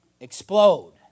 explode